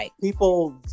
people